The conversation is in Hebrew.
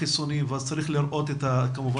החיסונים ואז צריך לראות כמובן את התינוקות.